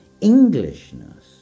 Englishness